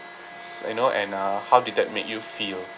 you know and uh how did that make you feel